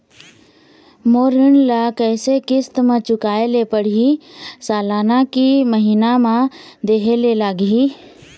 मोर ऋण ला कैसे किस्त म चुकाए ले पढ़िही, सालाना की महीना मा देहे ले लागही?